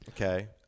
Okay